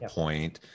point